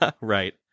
Right